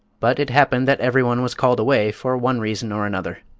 but it happened that everyone was called away, for one reason or another.